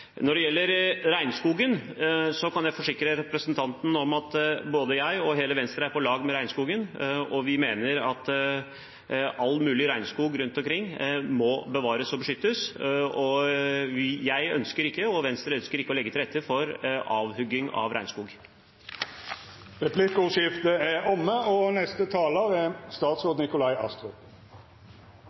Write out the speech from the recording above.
Når det gjelder regnskogen, kan jeg forsikre representanten om at både jeg og hele Venstre er på lag med regnskogen, og vi mener at all mulig regnskog rundt omkring må bevares og beskyttes. Jeg ønsker ikke, og Venstre ønsker ikke, å legge til rette for nedhugging av regnskog. Replikkordskiftet er omme. Mye går bra i Norge. Ledigheten går ned, sysselsettingen går opp, og velferden er